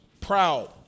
proud